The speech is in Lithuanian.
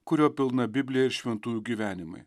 kurio pilna biblija ir šventųjų gyvenimai